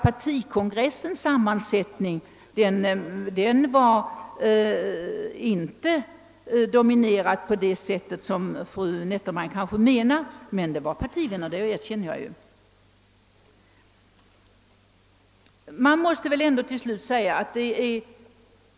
Partikongressen dominerades alltså inte av den kategori som fru Nettelbrandt avsåg — men det var partivänner som deltog, det erkänner jag.